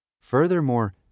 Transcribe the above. Furthermore